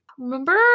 Remember